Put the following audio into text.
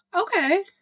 Okay